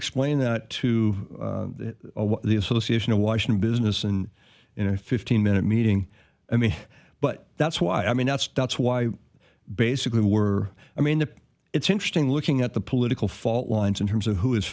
explain that to the association of washington business and in a fifteen minute meeting i mean but that's why i mean that's that's why basically we're i mean it's interesting looking at the political fault lines in terms of who is